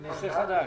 אתה בתוך העניין הזה.